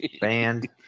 Band